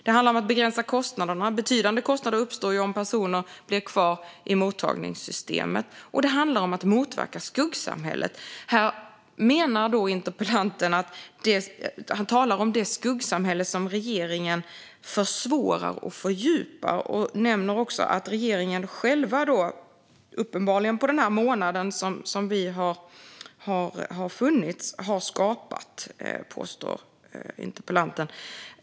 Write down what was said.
Det handlar om att begränsa kostnaderna, då betydande kostnader uppstår om personer blir kvar i mottagningssystemet. Det handlar också om att motverka skuggsamhället. Interpellanten talar om det skuggsamhälle som regeringen försvårar och fördjupar och som han påstår att regeringen, uppenbarligen under den månad vi har funnits, har skapat.